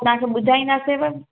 तव्हांखे ॿुधाईंदासींव